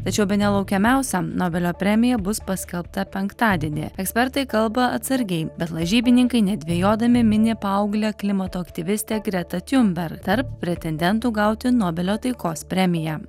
tačiau bene laukiamiausiam nobelio premija bus paskelbta penktadienį ekspertai kalba atsargiai bet lažybininkai nedvejodami mini paauglę klimato aktyvistę gretą tiunberg tarp pretendentų gauti nobelio taikos premiją